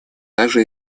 также